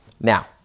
Now